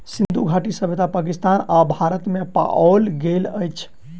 सिंधु घाटी सभ्यता पाकिस्तान आ भारत में पाओल गेल अछि